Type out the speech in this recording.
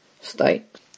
state